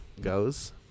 goes